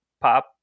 pop